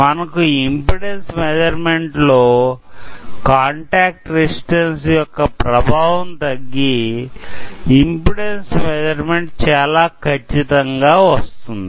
మనకు impedance measurement లో contact resistance యొక్క ప్రభావం తగ్గి ఇంపిడెన్సు మెస్సుర్మెంట్ చాలా ఖచ్చితంగా వస్తుంది